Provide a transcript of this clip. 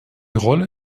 rolle